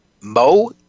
Mo